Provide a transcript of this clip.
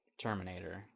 Terminator